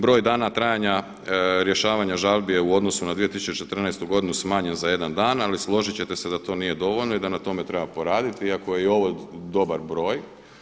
Broj dana trajanja rješavanja žalbi je u odnosu na 2014. godinu smanjen za jedan dan ali složit ćete se da to nije dovoljno i da na tome treba poraditi iako je i ovo dobar broj.